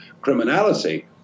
criminality